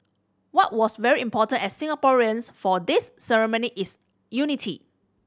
what was very important as Singaporeans for this ceremony is unity